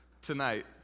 tonight